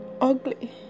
ugly